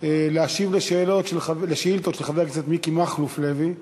להשיב על שאילתות של חבר הכנסת מיקי מכלוף לוי.